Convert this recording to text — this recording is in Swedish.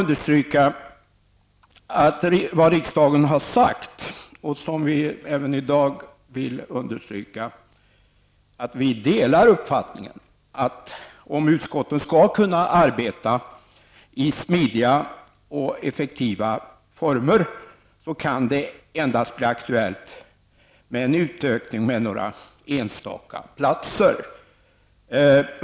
Det riksdagen har sagt, vilket utskottet även i dag vill understryka, är att man delar uppfattningen att det endast kan bli aktuellt med en utökning med några enstaka platser, om utskotten skall kunna arbeta i smidiga och effektiva former.